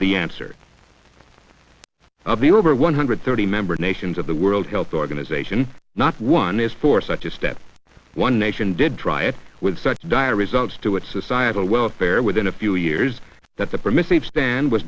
the answer of the over one hundred thirty member nations of the world health organization not one is for such a step one nation did try it with such dire results to its societal welfare within a few years that the permissive stand was